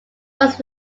was